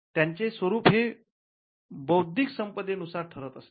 त्यांचे स्वरूप हे बौद्धिक संपदे नुसार ठरत असते